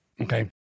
Okay